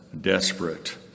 desperate